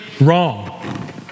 wrong